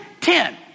ten